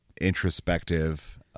introspective